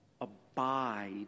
abide